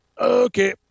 Okay